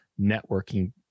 networking